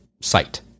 site